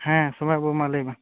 ᱦᱮᱸ ᱥᱚᱢᱟᱭ ᱵᱟᱹᱵᱩ ᱢᱟ ᱞᱟᱹᱭ ᱢᱮ